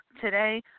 today